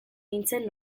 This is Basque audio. nintzen